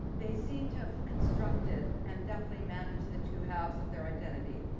they seem to have constructed and deftly manage the two halves of their identity,